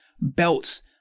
belts